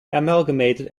amalgamated